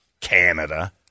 Canada